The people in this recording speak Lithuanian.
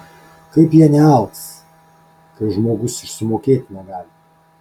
kaip jie nealks kai žmogus išsimokėti negali